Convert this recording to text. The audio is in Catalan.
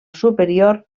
superior